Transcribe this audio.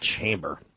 chamber